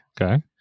Okay